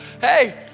hey